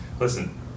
Listen